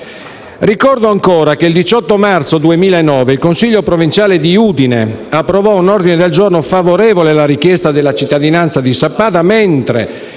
Ricordo ancora che il 18 marzo 2009 il Consiglio provinciale di Udine approvò un ordine del giorno favorevole alla richiesta della cittadinanza di Sappada